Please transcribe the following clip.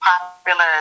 popular